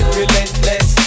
relentless